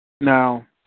Now